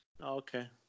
Okay